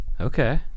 Okay